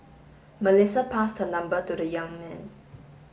Melissa passed her number to the young man